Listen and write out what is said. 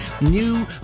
new